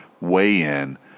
weigh-in